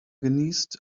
genießt